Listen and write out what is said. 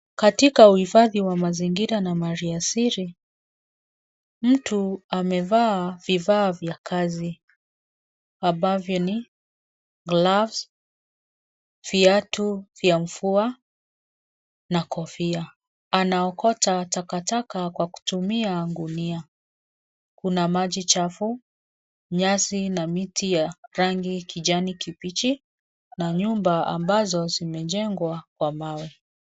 Katika huhifadhi wa mazigira na mali asili mtu amevaa vifaa vya kazi ambavyo ni [glaves],viatu vya vua na kofia anaokota takataka kwa kutumia gunia kuna maji chafu, nyasi na miti ya rangi kijani kibichi na nyumba ambazo zimejegwa kwa mawe.